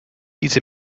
diese